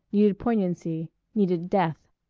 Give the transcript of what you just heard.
needed poignancy, needed death.